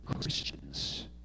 Christians